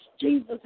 Jesus